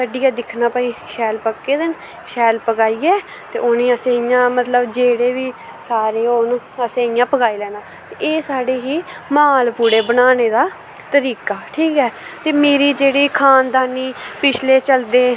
कड्ढियै दिक्खना भाई सैल पक्के दे न शैल पकाइयै ते उनेंई असैं मतलव जेह्ड़े बी सारे होन असें इ'यां पकाई लैना एह् साढ़े हे सालहुड़े बनाने दा तरीका ठीक ऐ ते मेरे जेह्ड़े खान दानी पिछले चलदे